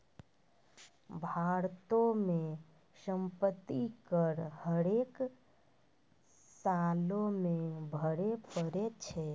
भारतो मे सम्पति कर हरेक सालो मे भरे पड़ै छै